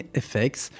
effects